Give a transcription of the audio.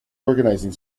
organizing